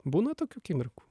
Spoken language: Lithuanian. būna tokių akimirkų